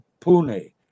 Pune